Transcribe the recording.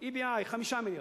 EBI, 5 מיליון.